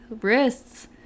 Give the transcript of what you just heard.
wrists